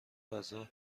فضا